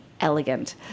elegant